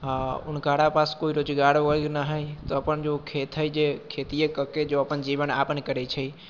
हुनकरा पास कोइ रोजगार वर्ग नहि हइ तऽ अपन जो खेत हइ जे खेतिए कऽ कऽ जे अपन जीवन यापन करै छै